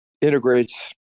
integrates